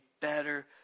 better